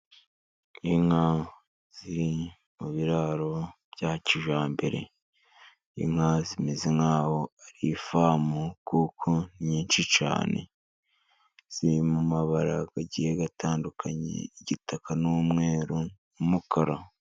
Inka ziri mu biraro bya kijyambere. Inka zimeze nkaho ari ifamu, kuko nyinshi cyane ziri mu mabara agiye atandukanye, igitaka n'umweru n'umukara.